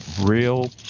real